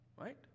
right